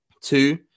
Two